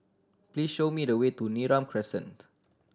please show me the way to Neram Crescent